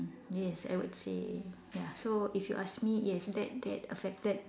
yes I would say ya so if you ask me yes that that affected